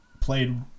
played –